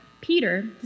Peter